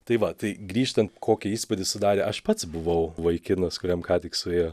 tai va tai grįžtant kokį įspūdį sudarė aš pats buvau vaikinas kuriam ką tik suėjo